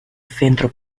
centro